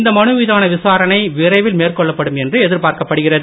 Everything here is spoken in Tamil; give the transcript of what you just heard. இந்த மனு மீதான விசாரணை விரைவில் மேற்கொள்ளப்படும் என்று எதிர்பார்க்கப்படுகிறது